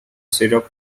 syrup